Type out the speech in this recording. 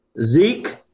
Zeke